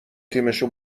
تیمشو